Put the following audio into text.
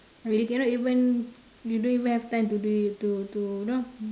you cannot even you don't even have time to do it to to you know